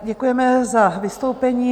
Děkujeme za vystoupení.